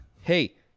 Hey